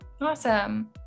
awesome